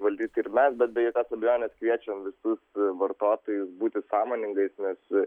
valdyti ir mes bet be jokios abejonės kviečiam visus vartotojus būti sąmoningais nes